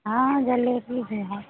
हाँ जलेबी भी है